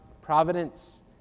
providence